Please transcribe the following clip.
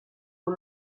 con